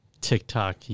tiktok